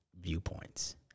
viewpoints